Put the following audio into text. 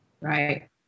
right